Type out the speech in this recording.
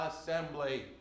assembly